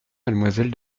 mademoiselle